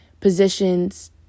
positions